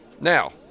Now